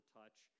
touch